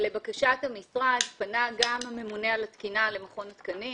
לבקשת המשרד פנה גם הממונה על התקינה למכון התקנים